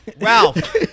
Ralph